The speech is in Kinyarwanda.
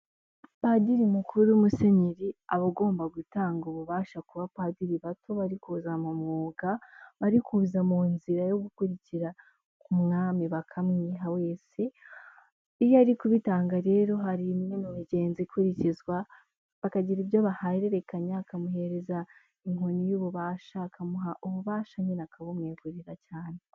Padiri mukuru Musenyeri aba agomba gutanga ububasha ku bapadiri bato barikuza mu mwuga, barikuza mu nzira yo gukurikira Umwami bakamwiha wese. Iyo arikubitanga rero hari imwe mu migenzo ikurikizwa, bakagira ibyo bahererekanya akamuhereza inkoni y'ububasha, akamuha ububasha nyine akabumwegurira cyane.